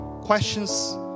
questions